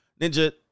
ninja